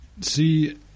see